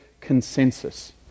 consensus